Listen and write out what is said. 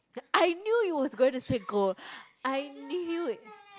I knew you was going to say gold I knew it